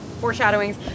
foreshadowings